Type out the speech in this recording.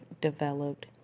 developed